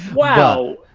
wow.